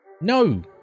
no